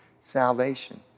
salvation